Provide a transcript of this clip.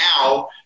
now